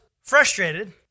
frustrated